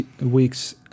week's